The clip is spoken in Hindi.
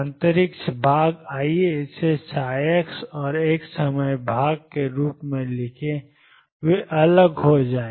अंतरिक्ष भाग आइए इसे ψ और एक समय भाग के रूप में लिखें और वे अलग हो गए